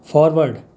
forward